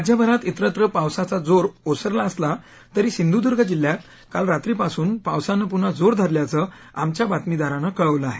राज्यभरात इतरत्र पावसाचा जोर ओसरला असला तरी सिंधुदूर्ग जिल्ह्यात काल रात्रीपासून पावसानं पुन्हा जोर धरल्याचं आमच्या बातमीदारानं कळवलं आहे